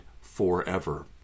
forever